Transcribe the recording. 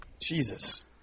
Jesus